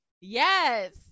Yes